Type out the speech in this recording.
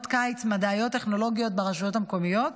קיץ מדעיות טכנולוגיות ברשויות המקומיות.